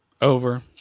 Over